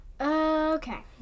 Okay